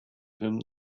him